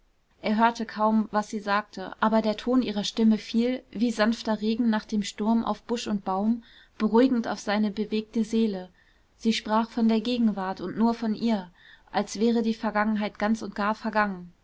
er hörte kaum was sie sagte aber der ton ihrer stimme fiel wie sanfter regen nach dem sturm auf busch und baum beruhigend auf seine bewegte seele sie sprach von der gegenwart und nur von ihr als wäre die vergangenheit ganz und gar vergangen